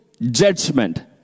judgment